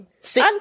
See